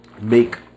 make